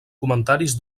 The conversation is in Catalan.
comentaris